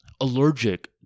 allergic